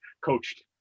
coached